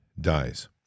dies